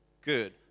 good